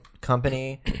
company